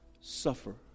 suffer